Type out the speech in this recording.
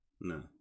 No